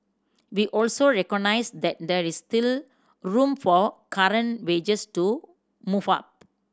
we also recognised that there is still room for current wages to move up